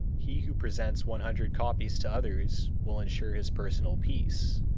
he who presents one hundred copies to others will insure his personal peace.